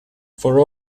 for